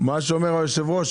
מה שאומר היושב ראש,